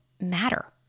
matter